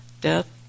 death